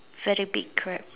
very big crab